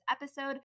episode